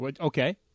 Okay